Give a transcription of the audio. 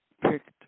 picked